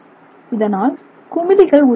இதனால் குமிழிகள் உருவாகின்றன